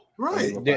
Right